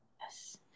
Yes